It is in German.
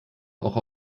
auch